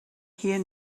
here